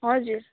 हजुर